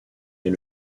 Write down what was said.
est